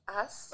ass